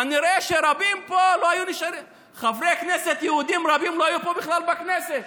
כנראה שחברי כנסת יהודים רבים לא היו פה בכלל בכנסת,